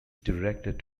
directed